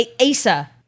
Asa